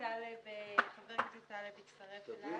זיכרוני, חבר הכנסת טלב אבו עראר הצטרף אלי